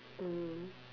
mm